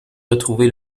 retrouver